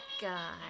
guy